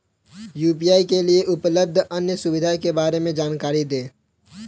UPI के लिए उपलब्ध अन्य सुविधाओं के बारे में जानकारी दें?